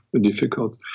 difficult